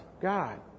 God